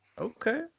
Okay